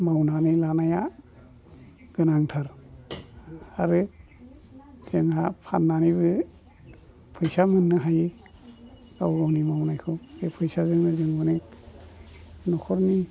मावनानै लानाया गोनांथार आरो जोंहा फाननानैबो फैसा मोननो हायो गावगावनि मावनायखौ बे फैसाजोंनो जों अनेख न'खरनि